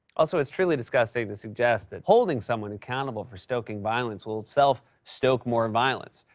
also, it's truly disgusting to suggest that holding someone accountable for stoking violence will itself stoke more violence.